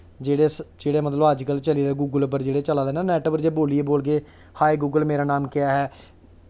जेह्ड़े जेह्ड़े मतलब अज्ज कल गूगल चली गेदे गूगल उप्पर चला दे ना नेट उप्पर बोलियै बोलगे हाय गूगल मेरा नाम क्या है